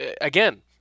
again